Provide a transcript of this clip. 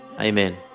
Amen